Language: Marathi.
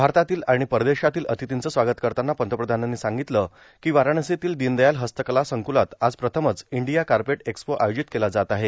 भारतातील आर्गण परदेशातील आंतथींचं स्वागत करताना पंतप्रधानांनी सांगतल काँ वाराणसीतील दोनदयाल हस्तकला संकुलात आज प्रथमच ईंडया कापट एक्सपो आयोजित केला जात आहे